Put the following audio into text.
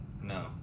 No